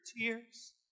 tears